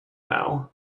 now